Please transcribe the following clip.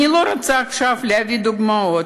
אני לא רוצה עכשיו להביא דוגמאות.